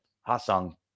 Ha-Sung